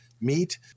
meet